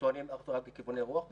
שטוענים אך ורק מכיווני רוח מסוימים.